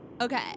Okay